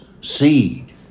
seed